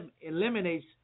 eliminates